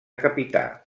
capità